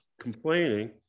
complaining